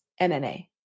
MMA